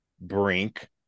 Brink